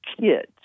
kids